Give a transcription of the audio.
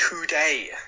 today